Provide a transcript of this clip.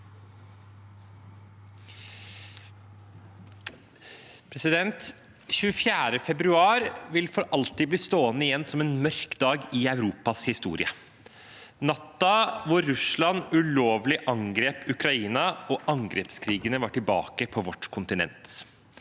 24. februar vil for alltid bli stående igjen som en mørk dag i Europas historie, natten da Russland ulovlig angrep Ukraina og angrepskrigene var tilbake på vårt kontinent.